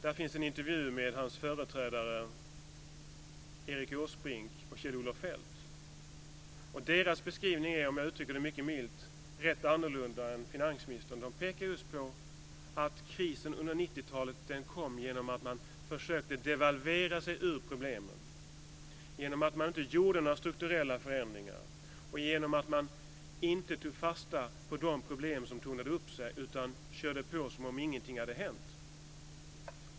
Där finns en intervju med hans företrädare Erik Åsbrink och Kjell-Olof Feldt. Jag tycker att deras beskrivning, mycket milt uttryckt, är rätt olik finansministerns. De pekar på att krisen under 90 talet kom genom att man försökte devalvera sig ut ur problemen, genom att man inte gjorde några strukturella förändringar och genom att man inte tog fasta på de problem som tornade upp sig utan körde på som om ingenting hade hänt.